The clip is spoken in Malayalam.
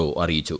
ഒ അറിയിച്ചു